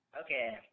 Okay